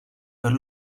per